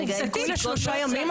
זיכוי לשלושה ימים?